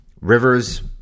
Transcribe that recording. Rivers